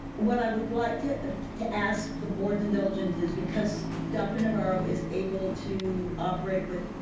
what i would like to to ask the board's indulgent is because dr. navarro is able to operate with,